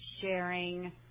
sharing